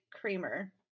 creamer